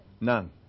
None